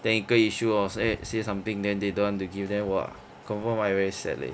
technical issue or s~ say something then they don't want to give then !wah! confirm I very sad leh